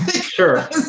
Sure